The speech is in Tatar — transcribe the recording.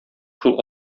шул